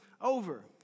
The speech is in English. over